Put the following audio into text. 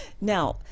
Now